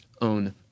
own